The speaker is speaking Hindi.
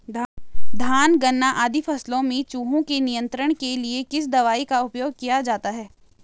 धान गन्ना आदि फसलों में चूहों के नियंत्रण के लिए किस दवाई का उपयोग किया जाता है?